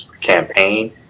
campaign